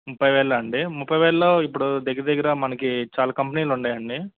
ముప్పై వేల అండి ముప్పై వేలలో ఇప్పుడు దగ్గర దగ్గర మనకు చాలా కంపెనీలు ఉన్నాయి అండి